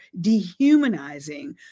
dehumanizing